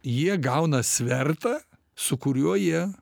jie gauna svertą su kuriuo jie